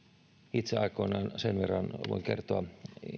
itse aikoinaan sen verran voin kertoa